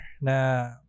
Na